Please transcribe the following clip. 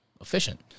efficient